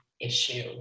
issue